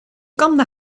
kamde